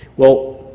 well,